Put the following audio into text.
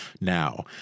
now